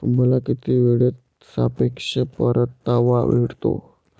तुम्हाला किती वेळेत सापेक्ष परतावा मिळतो?